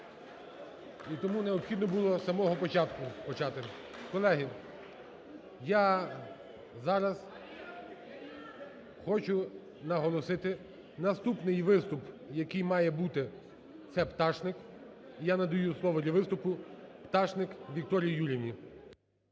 І тому необхідно було з самого початку почати… Колеги, я зараз хочу наголосити, наступний виступ, який має бути – це Пташник. Я надаю слово для виступу Пташник Вікторії Юріївні.